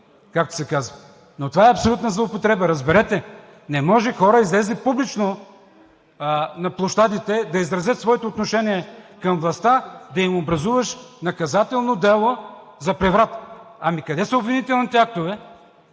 както се казва. Това обаче е абсолютна злоупотреба. Разберете! Не може хора, излезли публично на площадите да изразят своето отношение към властта, да им образуваш наказателно дело за преврат. Ами къде са обвинителните актове?